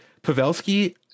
Pavelski